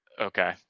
okay